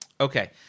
okay